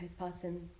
postpartum